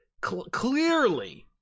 clearly